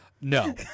No